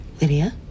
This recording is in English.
Lydia